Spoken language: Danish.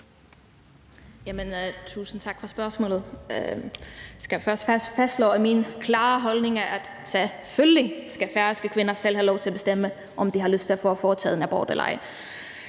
tusind tak for spørgsmålet. Jeg skal først fastslå, at min klare holdning er, at selvfølgelig skal færøske kvinder selv have lov til at bestemme, om de har lyst til at få foretaget en abort eller ej.